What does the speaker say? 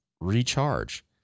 recharge